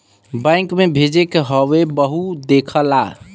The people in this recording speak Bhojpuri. बैंक मे भेजे क हौ वहु देख ला